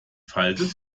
faltet